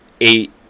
eight